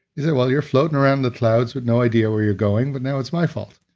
he said, well, you're floating around the clouds with no idea where you're going, but now it's my fault.